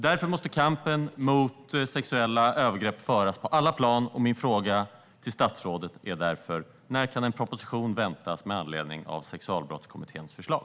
Därför måste kampen mot sexuella övergrepp föras på alla plan. Min fråga till statsrådet är: När kan en proposition väntas med anledning av Sexualbrottskommitténs förslag?